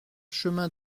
chemin